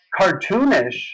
cartoonish